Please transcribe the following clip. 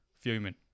Fuming